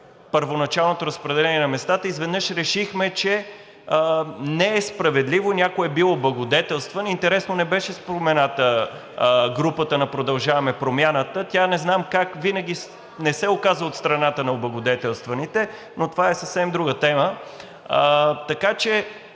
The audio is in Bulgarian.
първоначалното разпределение на местата, изведнъж решихме, че не е справедливо, някой е бил облагодетелстван. Интересно, не беше спомената групата на „Продължаваме Промяната“. Тя не знам как винаги не се оказва от страната на облагодетелстваните, но това е съвсем друга тема. Така че